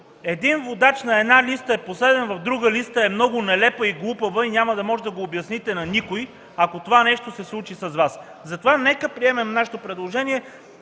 един водач на една листа е последен в друга листа, е много нелепа и глупава и няма да можете да го обясните на никой, ако това нещо се случи с Вас. Затова нека да приемем нашето предложение